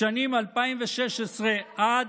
בשנים 2016 עד,